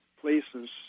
places